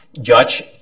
Judge